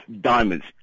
diamonds